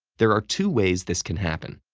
there are two ways this can happen.